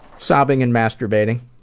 sobbing and masturbating